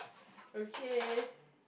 okay